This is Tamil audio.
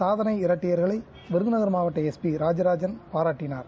சாதளை இரட்டையர்களை விருதறகர் மாவட்ட எஸ் பி ராஜராஜன் பாராட்டினார்